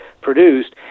produced